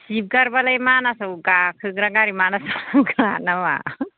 जिब गार्ड बालाय मानासाव गाखोग्रा गारि मानासाव गाखोग्रा ना मा